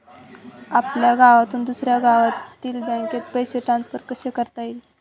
आपल्या गावातून दुसऱ्या गावातील बँकेत पैसे ट्रान्सफर कसे करता येतील?